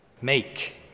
Make